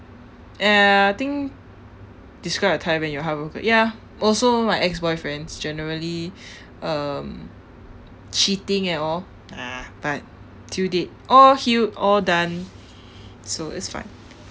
eh ya I think describe a time when you were heartbroken ya also my ex-boyfriends generally um cheating and all ah but till date all healed all done so it's fine